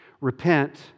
Repent